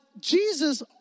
Jesus